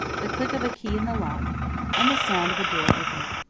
the click of a key in the lock and the sound of a door opening.